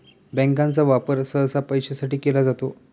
बँकांचा वापर सहसा पैशासाठी केला जातो